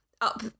up